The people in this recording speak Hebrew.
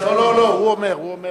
דור דור וחוצפתו.